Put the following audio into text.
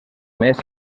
més